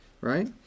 right